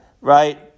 right